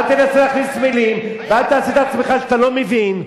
אל תנסה להכניס מלים ואל תעשה את עצמך שאתה לא מבין.